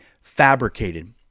fabricated